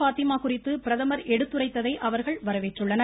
பாத்திமா குறித்து பிரதமர் எடுத்துரைத்ததை அவர்கள் வரவேற்றுள்ளனர்